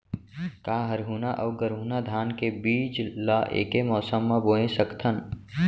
का हरहुना अऊ गरहुना धान के बीज ला ऐके मौसम मा बोए सकथन?